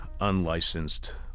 unlicensed